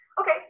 Okay